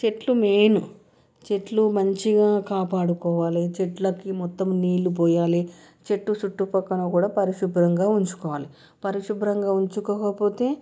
చెట్లు మెయిన్ చెట్లు మంచిగా కాపాడుకోవాలి చెట్లకి మొత్తం నీళ్ళు పోయాలి చెట్టు చుట్టు పక్క కూడా పరిశుభ్రంగా ఉంచుకోవాలి పరిశుభ్రంగా ఉంచుకోకపోతే